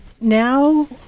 Now